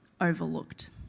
overlooked